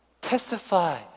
Testify